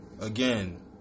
Again